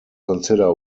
consider